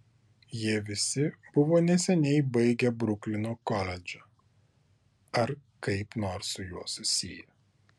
jie visi buvo neseniai baigę bruklino koledžą ar kaip nors su juo susiję